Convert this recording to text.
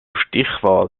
stichwahl